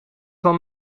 van